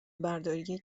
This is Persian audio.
برداری